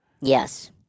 Yes